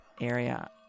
area